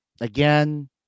again